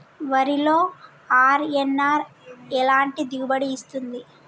వరిలో అర్.ఎన్.ఆర్ ఎలాంటి దిగుబడి ఇస్తుంది?